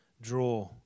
Draw